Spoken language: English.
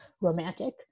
romantic